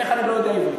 איך אני לא יודע עברית.